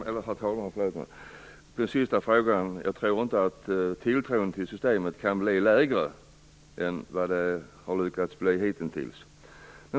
Herr talman! Beträffande frågan sist i statsrådets inlägg: Jag tror inte att tilltron till systemet kan bli mindre än den hitintills kunnat bli.